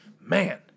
man